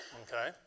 Okay